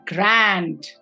Grand